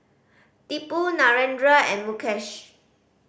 Tipu Narendra and Mukesh